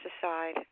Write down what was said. aside